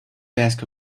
desk